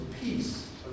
peace